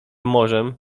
morzem